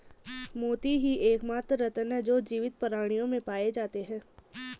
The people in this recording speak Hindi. मोती ही एकमात्र रत्न है जो जीवित प्राणियों में पाए जाते है